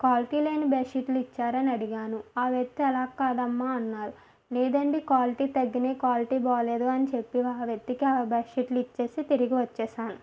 quality లేని bed షీట్లు ఇచ్చారని అడిగాను ఆ వ్యక్తి అలాక్కాదమ్మా అన్నారు లేదండి క్వాలిటీ తగ్గినాయి క్వాలిటీ బాగాలేదు అని చెప్పి ఆ వ్యక్తికి ఆ బెడ్ షీట్లు ఇచ్చేసి తిరిగి వచ్చేసాను